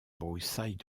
broussailles